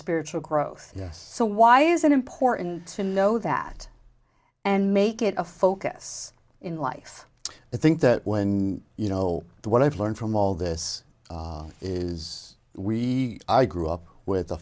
spiritual growth yes so why is it important to know that and make it a focus in life i think that when you know what i've learned from all this is we i grew up with a